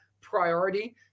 priority